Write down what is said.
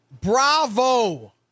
Bravo